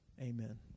amen